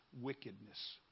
wickedness